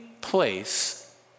place